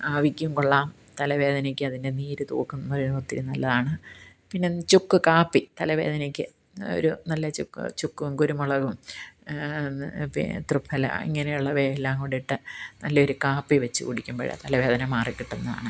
ആവിക്കും കൊള്ളാം തലവേദനയ്ക്ക് അതിൻ്റെ നീര് തൂക്കുമ്പോൾ ഒത്തിരി നല്ലതാണ് പിന്നെ ചുക്ക് കാപ്പി തലവേദനയ്ക്ക് ഒരു നല്ല ചുക്ക് ചുക്കും കുരുമുളകും ത്രിഫല ഇങ്ങനെയുള്ളവയെല്ലാം കൂടെ ഇട്ട് നല്ലൊരു കാപ്പി വച്ച് കുടിക്കുമ്പോൾ തലവേദന മാറി കിട്ടുന്നതാണ്